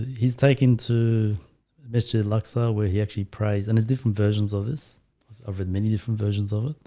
he's taken to masjid laksa where he actually praised and his different versions of this offered many different versions of it.